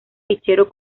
fichero